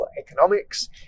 economics